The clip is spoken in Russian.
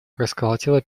расколотила